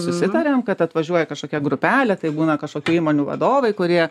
susitariam kad atvažiuoja kažkokia grupelė tai būna kažkokių įmonių vadovai kurie